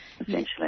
essentially